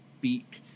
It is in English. beak